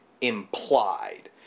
implied